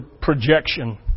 projection